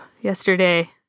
yesterday